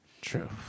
True